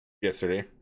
yesterday